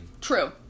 true